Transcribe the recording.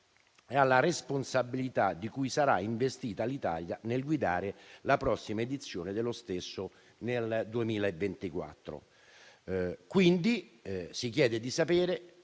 e alla responsabilità di cui sarà investita l'Italia nel guidare la prossima edizione, nel 2024. Quindi si chiede di sapere